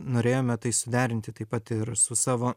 norėjome tai suderinti taip pat ir su savo